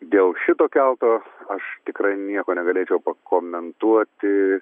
dėl šito kelto aš tikrai nieko negalėčiau pakomentuoti